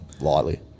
lightly